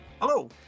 Hello